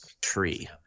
tree